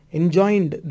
enjoined